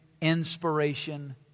inspiration